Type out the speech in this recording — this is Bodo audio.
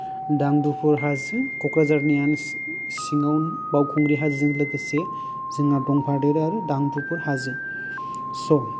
दांदुफुर हाजो क'क्राझारनि सिङाव बावखुंग्रि हाजोजों लोगोसे जोंहा दंफादेरो दांदुफुर हाजो स